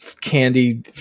candy